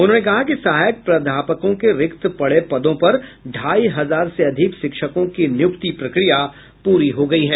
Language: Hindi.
उन्होंने कहा कि सहायक प्रध्यापकों के रिक्त पड़े पदों पर ढ़ाई हजार से अधिक शिक्षकों की नियुक्ति प्रक्रिया पूरी हो गयी है